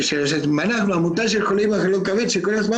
אנחנו עמותה של חולי מחלות כבד שכל הזמן